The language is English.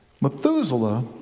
Methuselah